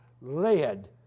led